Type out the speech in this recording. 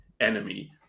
enemy